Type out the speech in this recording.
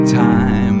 time